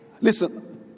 Listen